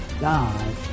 God